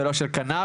ולא של קנאביס,